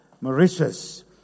Mauritius